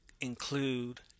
include